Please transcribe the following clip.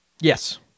Yes